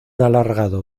alargado